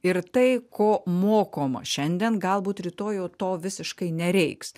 ir tai ko mokoma šiandien galbūt rytoj jau to visiškai nereiks